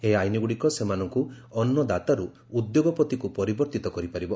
ଏହି ଆଇନ୍ଗୁଡ଼ିକ ସେମାନଙ୍କୁ ଅନ୍ନଦାତାରୁ ଉଦ୍ୟୋଗପତିକୁ ପରିବର୍ଭିତ କରିପାରିବ